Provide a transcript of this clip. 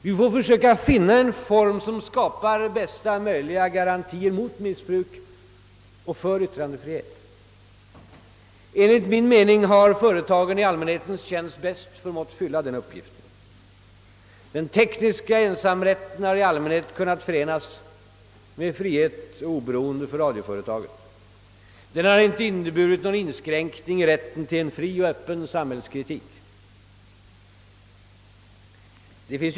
Vi får försöka att finna en form som skapar bästa möjliga garantier mot missbruk och för yttrandefrihet. Enligt min mening har företag i allmänhetens tjänst bäst förmått fylla den uppgiften. Den tekniska ensamrätten har i allmänhet kunnat förenas med frihet och oberoende för radioföretaget. Den har inte inneburit någon inskränkning i rätten till en fri och öppen samhällskritik.